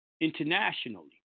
internationally